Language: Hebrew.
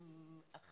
המצגת,